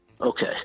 Okay